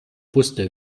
wusste